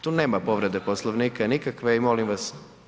Tu nema povrede Poslovnika nikakve i molim vas.